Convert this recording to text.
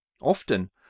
Often